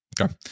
Okay